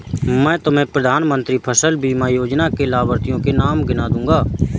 मैं तुम्हें प्रधानमंत्री फसल बीमा योजना के लाभार्थियों के नाम गिना दूँगा